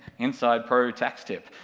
inside pro tax tip.